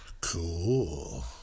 Cool